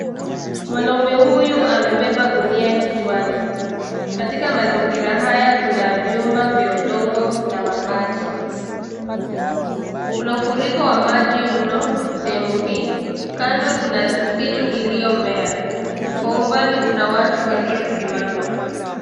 Mwanaume huyu amebeba gunia kichwani. Katika mazingira haya kuna vyumba vya udongo na mabati. Kuna ufuriko wa maji mno sehemu hii. Kando kuna msitu iliyomea. Kwa umbali kuna watu waliosimama.